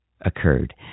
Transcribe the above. occurred